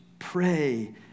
pray